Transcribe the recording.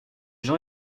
gens